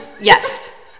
Yes